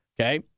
okay